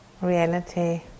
reality